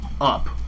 up